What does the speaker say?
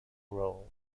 roles